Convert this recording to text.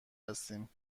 هستیم